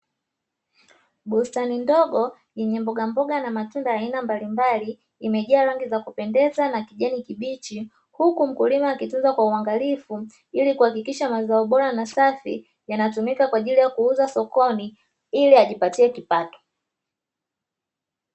Bustani ndogo yenye mbogamboga na matunda ya aina mbalimbali imejaa rangi za kupendeza na kijani kibichi huku mkulima akitunza kwa uangalifu ili kuhakikisha mazao bora na safi yanayotumika kwa ajili ya kuuza sokoni ili ajipatie kipato.